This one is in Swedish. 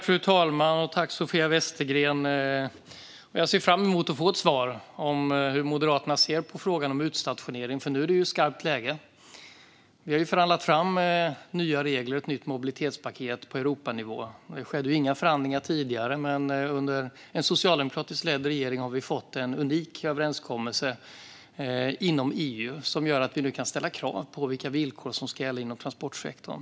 Fru talman! Jag ser fram emot att få ett svar om hur Moderaterna ser på frågan om utstationering, för nu är det ju skarpt läge. Vi har förhandlat fram nya regler och ett nytt mobilitetspaket på Europanivå, och det skedde inga förhandlingar tidigare. Under en socialdemokratiskt ledd regering har vi dock fått en unik överenskommelse inom EU som gör att vi nu kan ställa krav på vilka villkor som ska gälla inom transportsektorn.